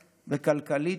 כלכלית,